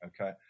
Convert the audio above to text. okay